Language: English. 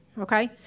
okay